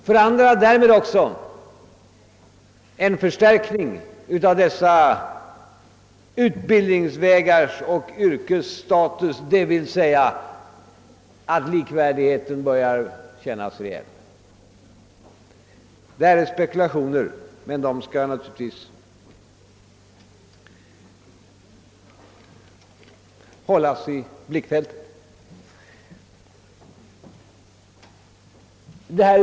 Därmed skulle också följa er förstärkning av dessa yrkesvägars och yrkens status, d.v.s. likvärdigheten skulle börja kännas reell. — Vad jag nu anfört är spekulationer, men bör ändå hållas i blickfältet. Endast två blanka reservationer har avgivits.